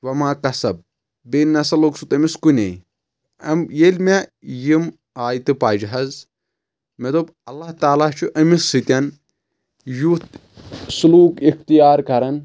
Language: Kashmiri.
وما کسب بییٚہِ نہ سا لوٚگ سُہ تٔمِس کُنے امۍ ییٚلہِ مےٚ یِم آیتہٕ پجہِ حظ مےٚ دوٚپ اللہ تعالیٰ چھُ أمِس سۭتۍ یُتھ سلوٗک اختیار کران